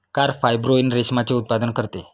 carp fibroin रेशमाचे उत्पादन करते